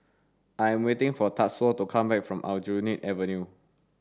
I am waiting for Tatsuo to come back from Aljunied Avenue